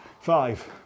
Five